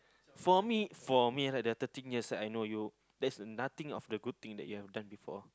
for me for me right the thirteen years that I know you there's nothing of the good thing that you have done before